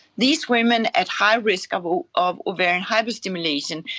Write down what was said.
these women at high risk of ah of ovarian hyperstimulation,